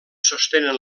sostenen